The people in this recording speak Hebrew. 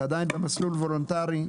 זה עדין במסלול וולונטרי,